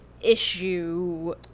issue